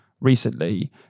recently